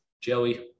joey